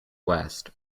west